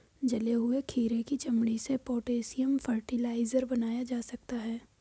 जले हुए खीरे की चमड़ी से पोटेशियम फ़र्टिलाइज़र बनाया जा सकता है